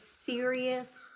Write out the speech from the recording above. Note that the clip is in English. serious